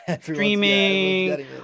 streaming